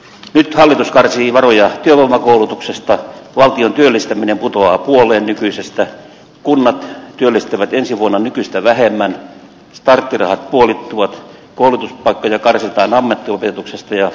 nyt hallitus karsii varoja työvoimakoulutuksesta valtion työllistäminen putoaa puoleen nykyisestä kunnat työllistävät ensi vuonna nykyistä vähemmän starttirahat puolittuvat koulutuspaikkoja karsitaan ammattiopetuksesta ja ammattikorkeakouluilta